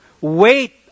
Wait